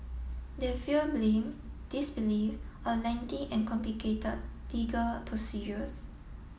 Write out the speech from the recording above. they fear blame disbelief or lengthy and complicate legal procedures